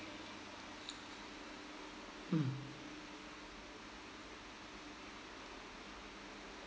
mm